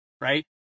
right